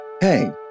Hey